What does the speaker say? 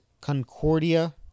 Concordia